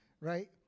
right